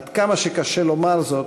עד כמה שקשה לומר זאת,